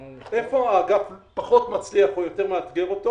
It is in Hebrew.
איפה האגף פחות מצליח או יותר מאתגר אותו?